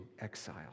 exile